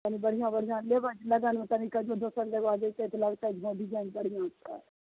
तनि बढ़िआँ बढ़िआँ लेबय लगनमे तनि कहियौ दोसर जगह जेतय तऽ लगतइ हाँ डिजाइन बढ़िआँ छै